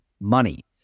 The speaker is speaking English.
money